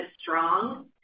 strong